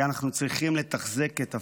כי אנחנו צריכים לתחזק את הפייסבוק,